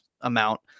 amount